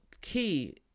key